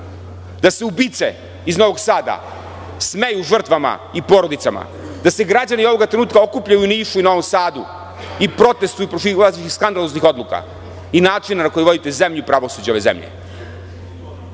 Da se ubice iz Novog Sada smeju žrtvama i porodicama, da se građani ovog trenutka okupljaju u Nišu i Novom Sadu i protestvuju protiv skandaloznih odluka i načina na koji vodite zemlju i pravosuđe ove zemlje.